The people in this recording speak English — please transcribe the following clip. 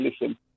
listen